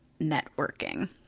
networking